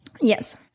Yes